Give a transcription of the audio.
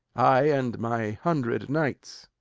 i and my hundred knights.